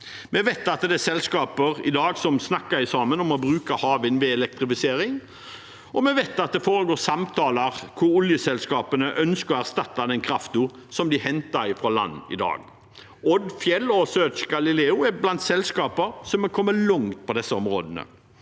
Vi vet at det er selskaper i dag som snakker sammen om å bruke havvind ved elektrifisering, og vi vet at det foregår samtaler hvor oljeselskapene ønsker å erstatte den kraften som de henter fra land i dag. Odfjell og Source Galileo er blant selskapene som er kommet langt på disse områdene.